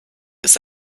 ist